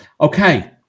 Okay